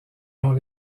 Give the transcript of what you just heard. dont